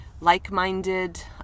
like-minded